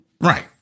Right